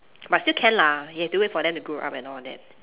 but still can lah you have to wait for them to grow up and all that